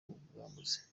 ubwambuzi